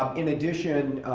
um in addition,